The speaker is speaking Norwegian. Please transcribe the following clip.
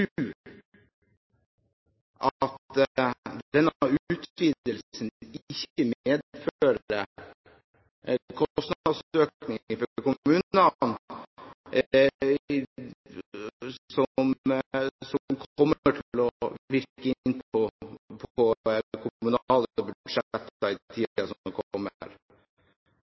at denne utvidelsen ikke medfører kostnadsøkninger for kommunene som kommer til å virke inn på kommunale budsjetter i tiden som kommer.